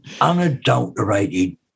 unadulterated